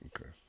okay